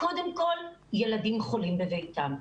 קודם כל, ילדים חולים בביתם.